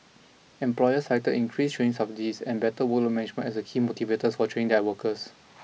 employers cited increased training subsidies and better workload management as the key motivators for training their workers